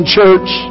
church